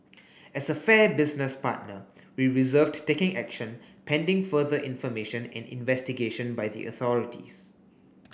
as a fair business partner we reserved taking action pending further information and investigation by the authorities